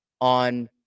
on